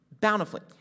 bountifully